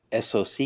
soc